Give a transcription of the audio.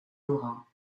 laurent